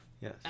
Yes